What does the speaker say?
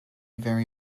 very